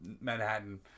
Manhattan